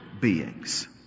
beings